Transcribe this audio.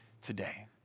today